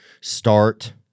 start